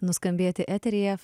nuskambėti eteryje